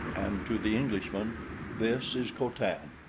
and to the englishmen this is co-tan.